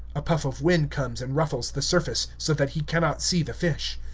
a puff of wind comes and ruffles the surface, so that he cannot see the fish.